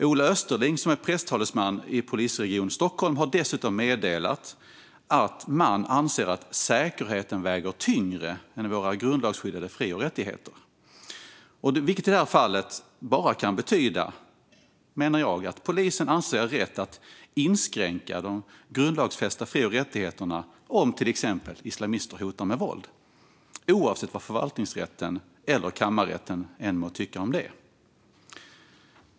Ola Österling, som är presstalesman vid polisregion Stockholm, har meddelat att man anser att säkerheten väger tyngre än våra grundlagsskyddade fri och rättigheter, vilket i detta fall bara kan betyda, menar jag, att polisen anser det rätt att inskränka de grundlagsfästa fri och rättigheterna om till exempel islamister hotar med våld, oavsett vad förvaltningsrätten eller kammarrätten tycker om detta.